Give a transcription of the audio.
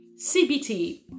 CBT